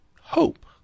Hope